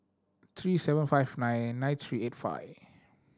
three seven five nine nine three eight five